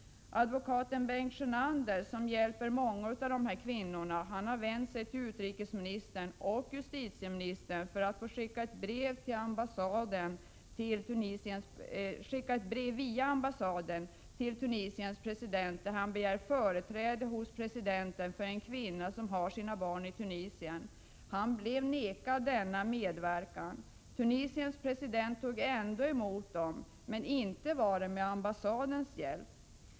Advokat Bengt Sjönander som hjälper många av kvinnorna i dessa situationer har vänt sig till utrikesministern och justitieministern för att via ambassaden få skicka ett brev till Tunisiens president, där han begär företräde hos presidenten för en kvinna som har sina barn i Tunisien. Han blev vägrad denna medverkan. Tunisiens president tog ändå emot dem, men det var inte med ambassadens hjälp.